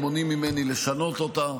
ומונעים ממני לשנות אותה.